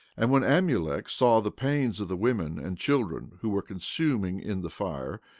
and when amulek saw the pains of the women and children who were consuming in the fire,